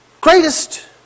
greatest